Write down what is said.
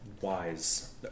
wise